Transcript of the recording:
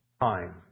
time